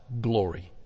glory